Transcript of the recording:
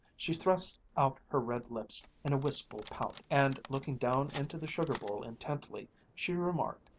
she thrust out her red lips in a wistful pout, and looking down into the sugar-bowl intently, she remarked,